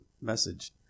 message